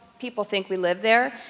people think we live there.